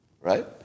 Right